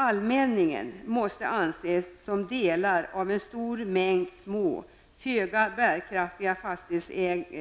Allmänningen måste anses som delar av en stor mängd små, föga bärkraftiga